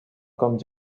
come